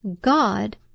God